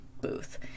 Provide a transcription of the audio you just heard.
booth